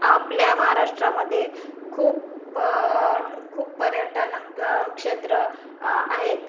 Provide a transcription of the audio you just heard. आपल्या महाराष्ट्रामध्ये खूप खूप पर्यटन क्षेत्र आहेत